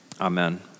Amen